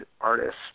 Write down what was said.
artists